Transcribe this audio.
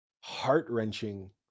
heart-wrenching